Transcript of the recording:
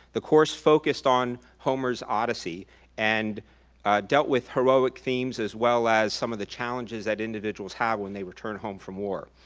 the course focused on homer's odyssey and dealt with heroic themes as well as some of the challenges that individuals have when they return home from war.